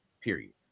Period